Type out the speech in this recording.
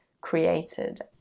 created